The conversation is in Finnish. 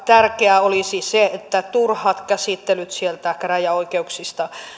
tärkeää olisi se että turhat käsittelyt sieltä käräjäoikeuksista